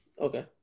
Okay